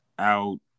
out